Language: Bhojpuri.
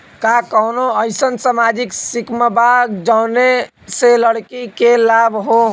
का कौनौ अईसन सामाजिक स्किम बा जौने से लड़की के लाभ हो?